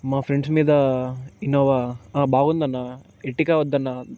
మా ఫ్రెండ్స్ మీద ఇన్నోవా బాగుంది అన్నా ఎట్టిగా వద్దన్నా